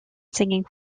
singing